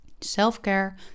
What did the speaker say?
self-care